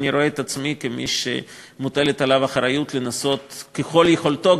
אני רואה את עצמי כמי שמוטלת עליו אחריות לנסות ככל יכולתו,